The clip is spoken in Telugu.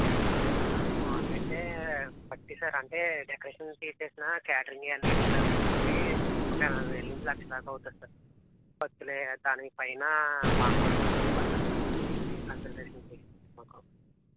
మాములుగా అయితే థర్టీ సార్ అంటే డెకరేషన్ తీసేసిన క్యాటరింగ్ ఇవి అన్నింటికి కలిపి ఒక ఎనభై వేల నుంచి లక్ష దాకా అవుతుంది సార్ ఖర్చులు దానికి పైన మాకు కూడా కొంచం ఇవ్వాలి కదా సార్ కన్సల్టేషన్కి మాకు